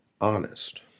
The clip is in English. honest